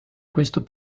questo